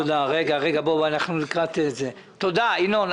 תודה, ינון.